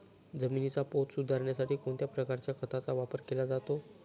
जमिनीचा पोत सुधारण्यासाठी कोणत्या प्रकारच्या खताचा वापर केला जातो?